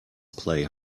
play